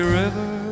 river